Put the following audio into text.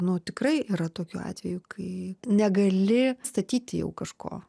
nu tikrai yra tokių atvejų kai negali statyti jau kažko